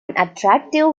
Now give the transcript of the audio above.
attractive